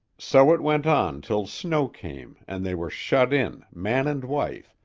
so it went on till snow came and they were shut in, man and wife,